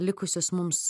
likusius mums